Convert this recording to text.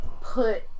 put